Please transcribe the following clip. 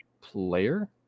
player